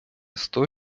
сто